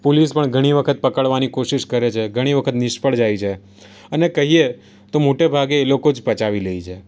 police પણ ઘણી વખત પકડવાની કોશિશ કરે છે ઘણી વખત નિષ્ફળ જાય છે અને કહીએ તો મોટે ભાગે એ લોકો જ પચાવી લે છે